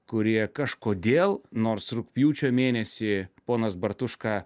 kurie kažkodėl nors rugpjūčio mėnesį ponas bartuška